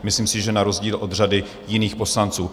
Myslím si, že na rozdíl od řady jiných poslanců.